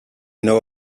know